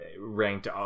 ranked